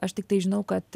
aš tiktai žinau kad